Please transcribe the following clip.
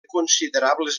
considerables